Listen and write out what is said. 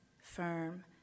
firm